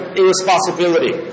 irresponsibility